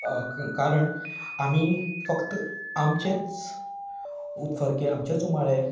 क कारण आमी फकत आमचेंच उतफर्के आमचेंच उमाळे